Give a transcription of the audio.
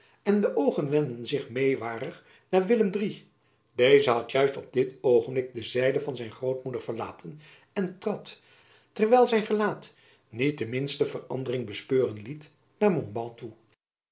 en de oogen wendden zich meêwarig naar willem iii deze had juist op dit oogenblik de zijde van zijn grootmoeder verlaten en trad terwijl zijn gelaat niet de minste verandering bespeuren liet naar montbas toe